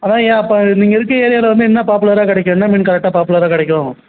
அதுதான் ஐயா இப்போ நீங்கள் இருக்கற ஏரியாவில் வந்து என்னா பாப்புலராக கிடைக்கும் என்ன மீன் கரெக்டாக பாப்புலராக கிடைக்கும்